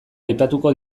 aipatuko